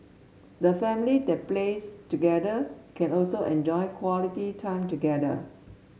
the family that plays together can also enjoy quality time together